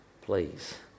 please